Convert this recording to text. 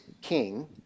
king